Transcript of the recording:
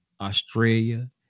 Australia